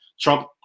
Trump